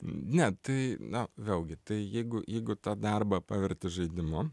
ne tai na vėlgi tai jeigu jeigu tą darbą paverti žaidimu